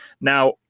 now